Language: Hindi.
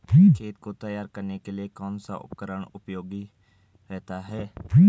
खेत को तैयार करने के लिए कौन सा उपकरण उपयोगी रहता है?